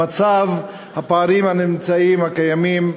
מצב הפערים הנמצאים, הקיימים,